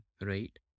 right